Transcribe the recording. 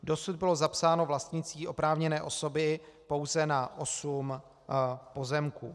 Dosud bylo zapsáno vlastnictví oprávněné osoby pouze na 8 pozemků.